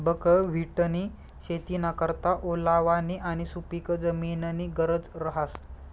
बकव्हिटनी शेतीना करता ओलावानी आणि सुपिक जमीननी गरज रहास